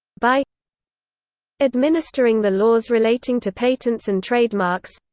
by administering the laws relating to patents and trademarks